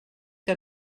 que